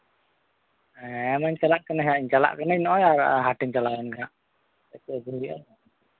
ᱦᱮᱸ ᱟᱢᱮᱢ ᱪᱟᱞᱟᱜ ᱠᱟᱱᱟ ᱦᱟᱸᱜ ᱪᱟᱞᱟᱜ ᱠᱟᱹᱱᱟᱹᱧ ᱱᱚᱜᱼᱚᱭ ᱟᱨ ᱦᱟᱴᱤᱧ ᱪᱟᱞᱟᱣᱮᱱ ᱜᱮ ᱦᱩᱭᱩᱜᱼᱟ